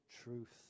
truth